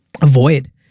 Avoid